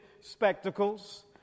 spectacles